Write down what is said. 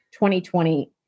2020